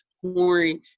pouring